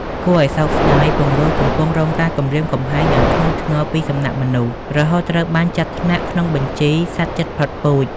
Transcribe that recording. គួរឲ្យសោកស្ដាយ ពង្រូលកំពុងរងការគំរាមកំហែងយ៉ាងធ្ងន់ធ្ងរពីសំណាក់មនុស្ស រហូតត្រូវបានចាត់ថ្នាក់ក្នុងបញ្ជីជាសត្វជិតផុតពូជ។